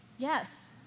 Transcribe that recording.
Yes